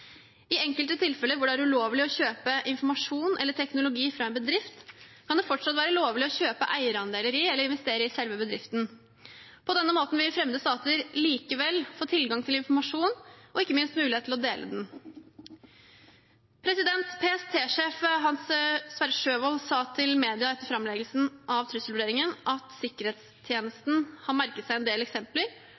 I enkelte tilfeller hvor det er ulovlig å kjøpe informasjon eller teknologi fra en bedrift, kan det fortsatt være lovlig å kjøpe eierandeler i eller investere i selve bedriften. På denne måten vil fremmede stater likevel få tilgang til informasjonen og ikke minst muligheten til å dele den.» PST-sjef Hans Sverre Sjøvold sa til media etter framleggelsen av trusselvurderingen at Sikkerhetstjenesten har merket seg en del eksempler